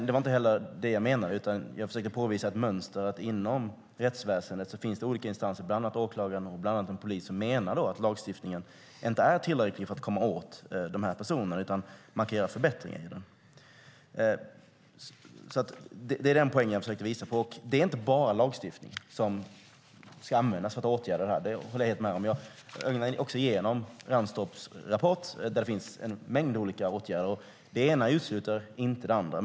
Det var dock inte det jag menade, utan jag försökte påvisa ett mönster inom rättsväsendet: att det finns olika instanser, bland annat åklagare och poliser, som menar att lagstiftningen inte är tillräcklig för att komma åt de här personerna och att man kan göra förbättringar i den. Det var den poängen jag försökte visa på. Det är inte bara lagstiftning som ska användas för att åtgärda det här; det håller jag helt med om. Jag ögnade igenom Ranstorps rapport, där det finns en mängd olika åtgärder - det ena utesluter inte det andra.